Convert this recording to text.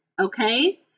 Okay